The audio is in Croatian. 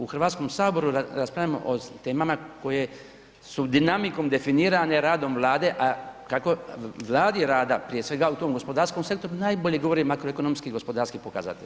U Hrvatskom saboru raspravljamo o temama koje su dinamikom definirane, radom Vlade a kako radi Vlada prije svega u tom gospodarskom sektoru najbolje govore makroekonomski i gospodarski pokazatelji.